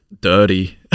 dirty